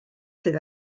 sydd